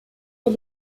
est